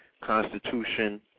constitution